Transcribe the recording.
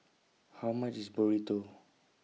How much IS Burrito